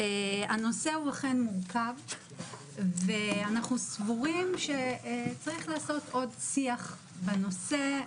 הנושא הוא אכן מורכב ואנחנו סבורים שצריכים לעשות עוד שיח בנושא,